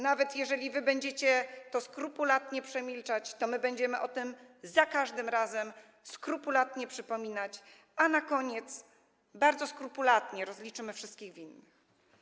Nawet jeżeli będziecie to skrupulatnie przemilczać, to my będziemy o tym za każdym razem skrupulatnie przypominać, a na koniec bardzo skrupulatnie rozliczymy wszystkich winnych.